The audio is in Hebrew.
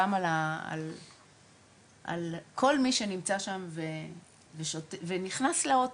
גם על כל מי שנמצא שם ונכנס לאוטו,